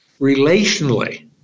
relationally